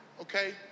Okay